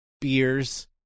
beers